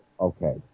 okay